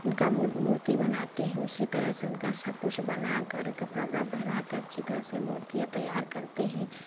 उनका मूर्ति बनाते हैं उसी तरह से उनका सब कुछ बना कर कपड़ा वपड़ा पहनाकर अच्छी तरह से मूर्तियाँ तैयार करते हैं